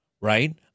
right